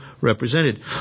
represented